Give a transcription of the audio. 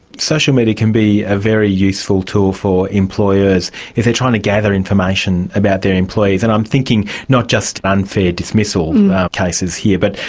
social media can be a very useful tool for employers if they're trying to gather information about their employees, and i'm thinking not just unfair dismissal cases here but,